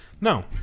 No